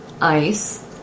ice